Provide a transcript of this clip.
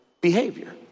behavior